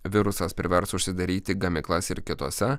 virusas privers užsidaryti gamyklas ir kitose